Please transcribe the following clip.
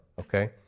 okay